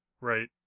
right